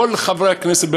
כל חברי הכנסת,